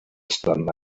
sun